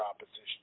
opposition